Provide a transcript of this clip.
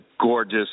gorgeous